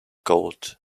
gold